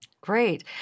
Great